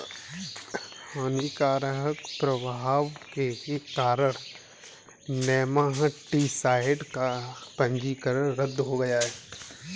हानिकारक प्रभाव के कारण नेमाटीसाइड का पंजीकरण रद्द हो गया